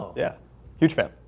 yeah huge fan.